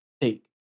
take